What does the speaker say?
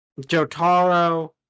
Jotaro